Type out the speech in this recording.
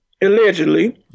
allegedly